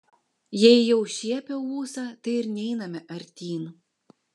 jei jau šiepia ūsą tai ir neiname artyn